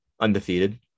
Undefeated